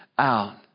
out